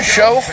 Show